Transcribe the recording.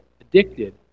addicted